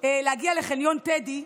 להגיע לחניון טדי,